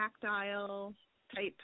tactile-type